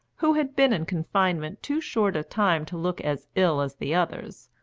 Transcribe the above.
who had been in confinement too short a time to look as ill as the others,